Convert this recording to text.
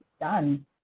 done